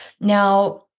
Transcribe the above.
Now